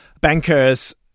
bankers